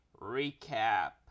recap